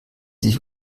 sich